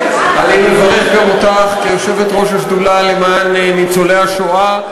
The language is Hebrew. אני מברך גם אותך כיושבת-ראש השדולה למען ניצולי השואה.